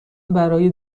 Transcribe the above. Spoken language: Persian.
برای